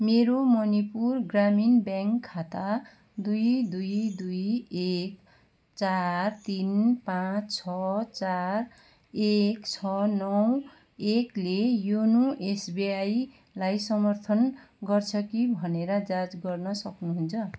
मेरो मणिपुर र ग्रामीण ब्याङ्क खाता दुई दुई दुई एक चार तिन पाँच छ चार एक छ नौ एक ले योनो एसबिआईलाई समर्थन गर्छ कि भनेर जाँच गर्न सक्नुहुन्छ